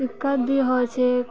दिक्कत भी होइ छै